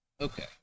Okay